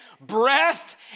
breath